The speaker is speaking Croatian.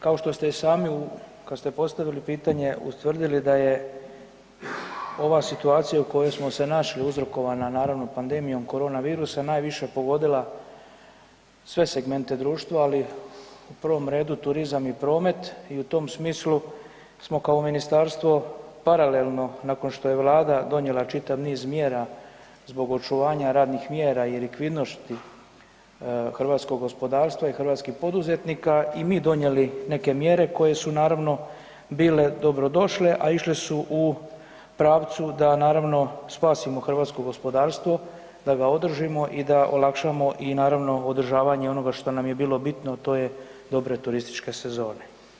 Kao što ste i sami kada ste postavili pitanje ustvrdili da je ova situacija u kojoj smo se našli uzrokovana naravno pandemijom korona virusa najviše pogodila sve segmente društva, ali u prvom redu turizam i promet i u tom smislu smo kao ministarstvo paralelno nakon što je Vlada donijela čitav niz mjera zbog očuvanja radnih mjera i likvidnosti hrvatskog gospodarstva i hrvatskih poduzetnika i mi donijeli neke mjere koje su naravno bile dobrodošle, a išle su u pravu da naravno spasimo hrvatsko gospodarstvo, da ga održimo i da olakšamo i održavanje onoga što nam je bilo bitno, a to je dobre turističke sezone.